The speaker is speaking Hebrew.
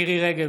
מירי מרים רגב,